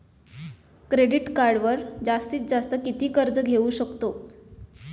Credit कार्डवर जास्तीत जास्त किती कर्ज घेऊ शकतो?